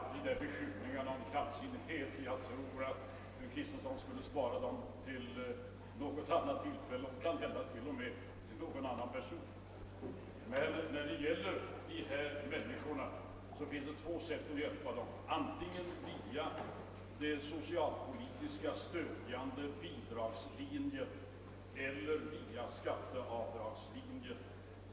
Herr talman! Beskyllningarna om kallsinnighet tror jag att fru Kristensson borde spara till något annat tillfälle och kanske t.o.m. rikta till någon annan person. Det finns två sätt att hjälpa dessa människor — antingen via den socialpolitiska stödjande bidragslinjen eller via skatteavdragslinjen.